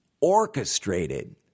orchestrated